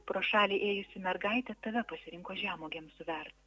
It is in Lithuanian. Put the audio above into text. pro šalį ėjusi mergaitė tave pasirinko žemuogėms suvert